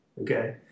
Okay